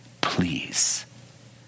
please